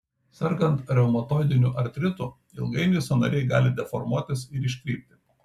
sergant reumatoidiniu artritu ilgainiui sąnariai gali deformuotis ir iškrypti